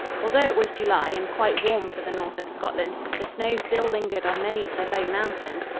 although it was july and quite warm for the north of scotland, the snow still lingered on many of the low mountains,